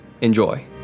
Enjoy